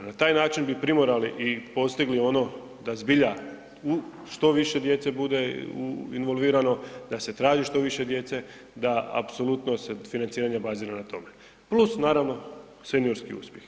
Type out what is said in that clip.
Na taj način bi primorali i postigli ono da zbilja što više djece bude involvirano, da se traži što više djece, da apsolutno se financiranje bazira na tome, plus naravno seniorski uspjeh.